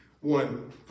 one